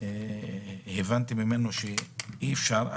והבנתי ממנו שאי אפשר.